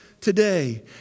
Today